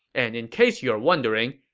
and in case you're wondering,